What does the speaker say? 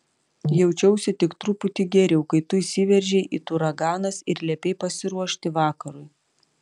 jaučiausi tik truputį geriau kai tu įsiveržei it uraganas ir liepei pasiruošti vakarui